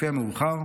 לפי המאוחר,